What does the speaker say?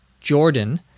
Jordan